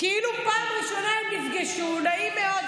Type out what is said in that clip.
כאילו זו הפעם הראשונה שהם נפגשו: נעים מאוד,